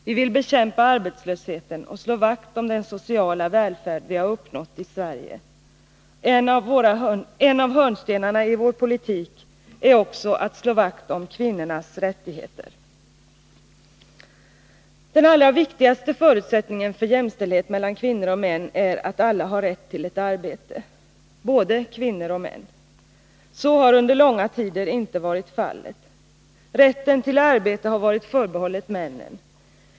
Vi vill bekämpa arbetslösheten och slå vakt om den sociala välfärd vi har uppnått i Sverige. En av hörnstenarna i vår politik är också att slå vakt om kvinnornas rättigheter. Den allra viktigaste förutsättningen för jämställdhet mellan kvinnor och män är att alla har rätt till ett arbete, både kvinnor och män. Så har under långa tider inte varit fallet. Rätten till arbete har varit förbehållen mannen.